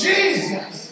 Jesus